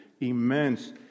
immense